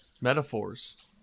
metaphors